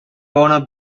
owner